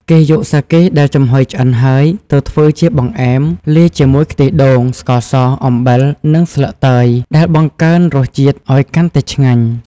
គេយកសាកេដែលចំហុយឆ្អិនហើយ ទៅធ្វើជាបង្អែមលាយជាមួយខ្ទិះដូង ស្ករស អំបិល និងស្លឹកតើយ ដែលបង្កើនរសជាតិឲ្យកាន់តែឆ្ងាញ់។